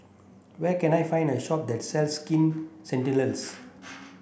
where can I find a shop that sells Skin Ceuticals